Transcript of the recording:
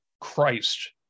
Christ